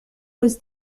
was